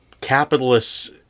capitalists